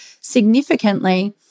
significantly